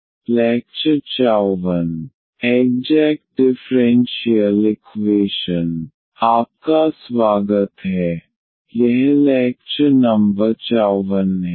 इस प्रकार आपका स्वागत है यह लैक्चर नंबर 54 है